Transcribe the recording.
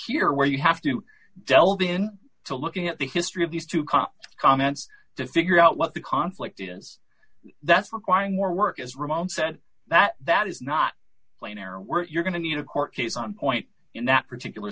here where you have to be in to looking at the history of these two cops comments to figure out what the conflict is that's requiring more work as ramon said that that is not planar work you're going to need a court case on point in that particular